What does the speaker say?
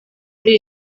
muri